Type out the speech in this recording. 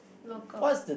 local